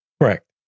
Correct